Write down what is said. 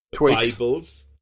bibles